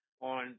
on